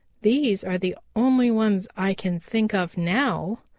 these are the only ones i can think of now.